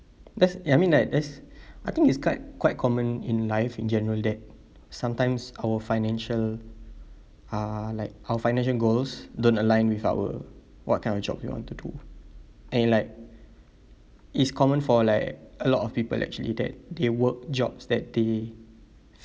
that's ya I mean like that's I think it's quite quite common in life in general that sometimes our financial uh like our financial goals don't align with our what kind of job you want to do and it like it's common for like a lot of people actually that they work jobs that they